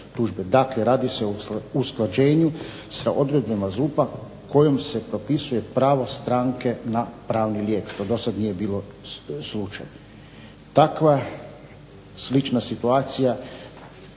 Dakle, radi se o usklađenju sa odredbama ZUP-a kojom se propisuje pravo stranke na pravni lijek što do sada nije bilo slučaj. Takva slična situacija